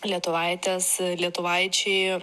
lietuvaitės lietuvaičiai